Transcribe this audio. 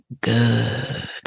good